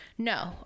No